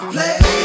Play